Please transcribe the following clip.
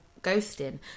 ghosting